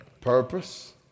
Purpose